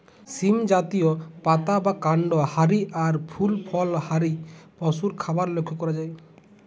সীম জাতীয়, পাতা বা কান্ড হারি আর ফুল ফল হারি পশুর খাবার লক্ষ করা যায়